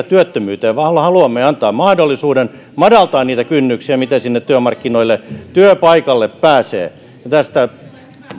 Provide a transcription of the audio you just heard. työttömyyteen vaan vaan haluamme antaa mahdollisuuden madaltaa niitä kynnyksiä miten sinne työmarkkinoille työpaikalle pääsee tästä